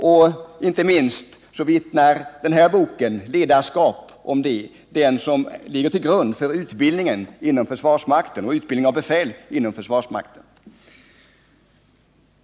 Därom vittnar inte minst boken Ledarskap, som ligger till grund för utbildningen av befäl inom försvarsmakten.